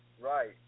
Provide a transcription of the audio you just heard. Right